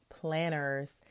Planners